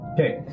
Okay